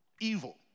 evil